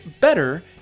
better